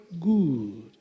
good